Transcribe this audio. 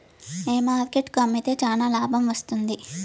ఏ market కు అమ్మితే చానా లాభం వస్తుంది?